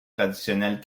traditionnels